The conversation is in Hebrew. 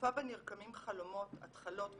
בתקופה בא נרקמים חלומות, התחלות ותקוות,